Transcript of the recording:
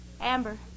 Amber